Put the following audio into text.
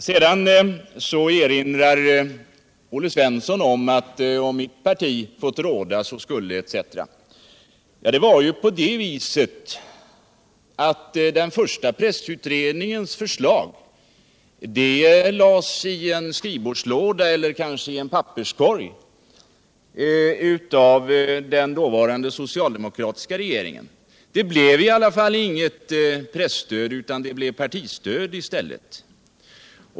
Sedan erinrar Olle Svensson om vad som skulle hända om mitt parti fått råda. Det var ju på det viset att den första pressutredningens förslag lades i en skrivbordslåda eller kanske i en papperskorg av den dåvarande socialdemokratiska regeringen. Det blev i alla fall inget presstöd utan det blev partistöd i stället.